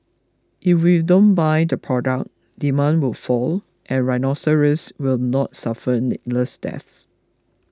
if we don't buy the product demand will fall and rhinoceroses will not suffer needless deaths